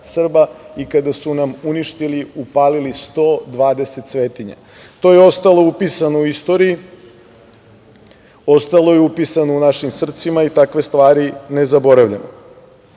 i kada su nam uništili, upalili 120 svetinja. To je ostalo upisano u istoriji, ostalo je upisano u našim srcima i takve stvari ne zaboravljamo. Zato